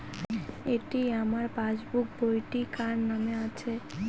এটি আমার পাসবুক বইটি কার নামে আছে?